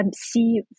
see